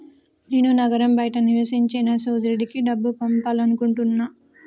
నేను నగరం బయట నివసించే నా సోదరుడికి డబ్బు పంపాలనుకుంటున్నా